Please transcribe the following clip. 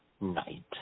night